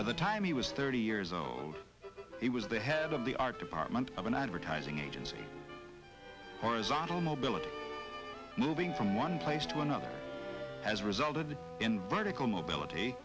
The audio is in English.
by the time he was thirty years old he was the head of the art department of an advertising agency horizontal mobility moving from one place to another has resulted in vertical mobility